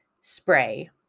spray